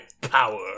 power